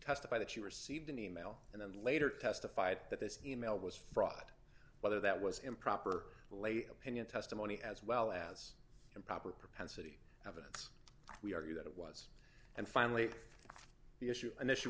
testify that you received an e mail and then later testified that this e mail was fraud whether that was improper late opinion testimony as well as improper prepared we argue that it was and finally the issue an issue